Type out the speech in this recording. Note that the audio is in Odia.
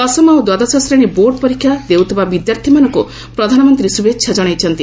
ଦଶମ ଓ ଦ୍ୱାଦଶ ଶ୍ରେଣୀ ବୋର୍ଡ ପରୀକ୍ଷା ଦେଉଥିବା ବିଦ୍ୟାର୍ଥୀମାନଙ୍କୁ ପ୍ରଧାନମନ୍ତ୍ରୀ ଶୁଭେଚ୍ଛା ଜଣାଇଛନ୍ତି